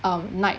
um night